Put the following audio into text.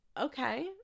okay